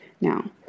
Now